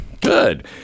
Good